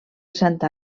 santa